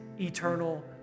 eternal